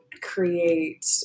create